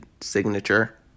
signature